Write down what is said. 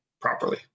properly